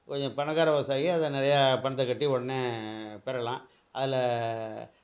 கொஞ்சம் பணக்கார விவசாயி அதை நிறைய பணத்தைக் கட்டி உடனே பெறலாம் அதில்